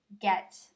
get